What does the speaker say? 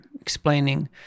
explaining